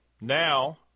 Now